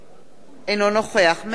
אינו נוכח מאיר שטרית,